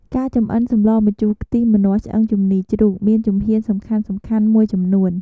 ការចម្អិនសម្លម្ជូរខ្ទិះម្នាស់ឆ្អឹងជំនីរជ្រូក មានជំហានសំខាន់ៗមួយចំនួន។